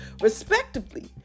respectively